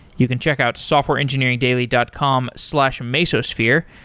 you can check out softwareengineeringdaily dot com slash mesosphere,